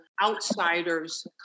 outsiders